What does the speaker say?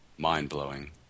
Mind-blowing